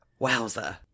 Wowza